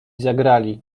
zagrali